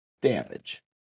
damage